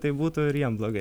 tai būtų ir jiems blogai